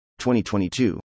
2022